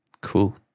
Cool